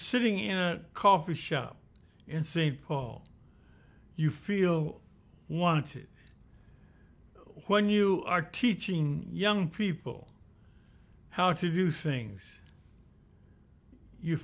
sitting in a coffee shop in st paul you feel wanted when you are teaching young people how to do things you